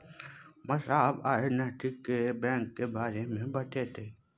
मास्साब आइ नैतिक बैंक केर बारे मे बतेतै